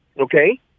Okay